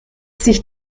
sich